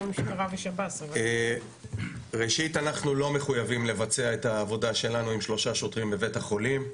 אנחנו לא מחויבים לבצע את העבודה שלנו עם שלושה שוטרים בבית החולים.